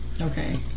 Okay